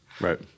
Right